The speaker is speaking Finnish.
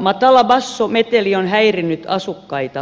matala bassometeli on häirinnyt asukkaita